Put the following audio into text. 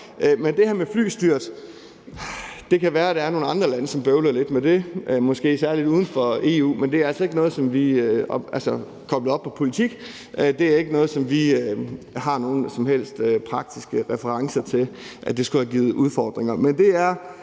det her med flystyrt, kan det være, at der er nogle andre lande, som bøvler lidt med det, måske særlig uden for EU, men det er altså ikke noget, som vi, altså koblet op på politik, har nogen som helst praktiske referencer til skulle have givet udfordringer.